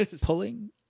Pulling